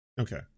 okay